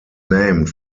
named